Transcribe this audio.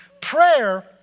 prayer